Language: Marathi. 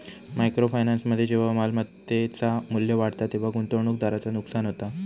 मायक्रो फायनान्समध्ये जेव्हा मालमत्तेचा मू्ल्य वाढता तेव्हा गुंतवणूकदाराचा नुकसान होता